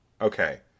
okay